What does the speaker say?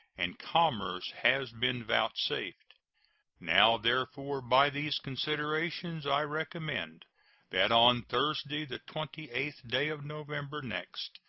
and commerce has been vouchsafed now, therefore, by these considerations, i recommend that on thursday, the twenty eighth day of november next,